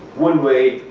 one way,